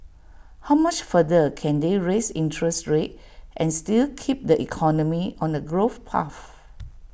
how much further can they raise interest rates and still keep the economy on A growth path